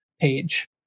page